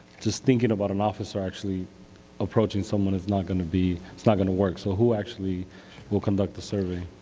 just thinking about it um officer actually approaching someone is not going to be, it's not going to work, so who actually will conduct the survey?